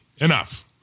Enough